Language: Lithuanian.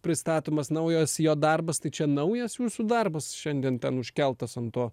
pristatomas naujas jo darbas tai čia naujas jūsų darbas šiandien ten užkeltas ant to